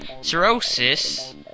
Cirrhosis